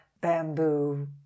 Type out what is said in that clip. bamboo